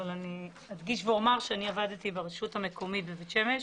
אבל אדגיש ואומר שאני עבדתי ברשות המקומית בבית שמש